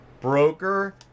Broker